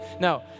No